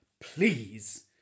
please